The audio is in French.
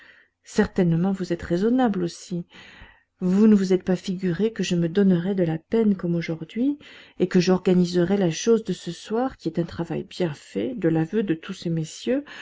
certainement vous êtes raisonnable aussi vous ne vous êtes pas figuré que je me donnerais de la peine comme aujourd'hui et que j'organiserais la chose de ce soir qui est un travail bien fait de l'aveu de tous ces messieurs